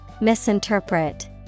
Misinterpret